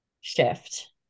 shift